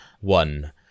one